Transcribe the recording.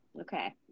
Okay